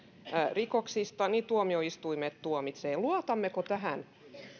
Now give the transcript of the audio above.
rikoksista niin tuomioistuimet tuomitsevat luotammeko tähän